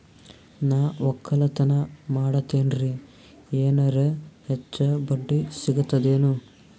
ನಾ ಒಕ್ಕಲತನ ಮಾಡತೆನ್ರಿ ಎನೆರ ಹೆಚ್ಚ ಬಡ್ಡಿ ಸಿಗತದೇನು?